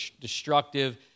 destructive